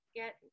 get